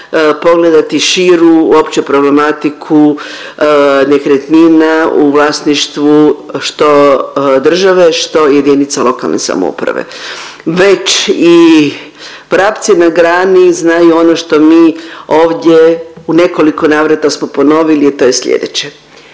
pogledati širu uopće problematiku nekretnina u vlasništvu što države, što jedinica lokalne samouprave. Već i vrapci na grani znaju ono što mi ovdje u nekoliko navrata smo ponovili, a to je sljedeće,